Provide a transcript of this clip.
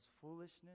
foolishness